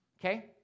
Okay